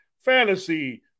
Fantasy